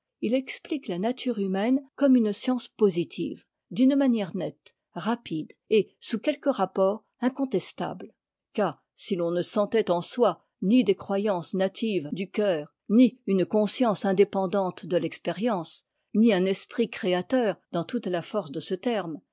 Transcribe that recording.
il explique la nature humaine comme une science positive d'une manière nette rapide et sous quelques rapports incontestable car si l'on ne sentait en soi ni des croyances natives du cœur ni une conscience indépendante de l'expérience ni un esprit créateur dans toute la force de ce terme